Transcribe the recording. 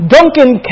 Duncan